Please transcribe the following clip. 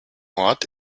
ort